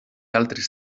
altres